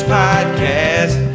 podcast